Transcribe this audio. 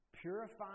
purifying